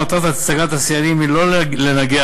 מטרת הצגת השיאנים היא לא לנגח,